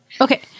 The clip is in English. Okay